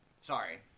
Sorry